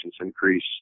increase